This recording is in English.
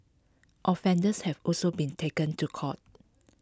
offenders have also been taken to court